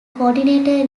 coordinator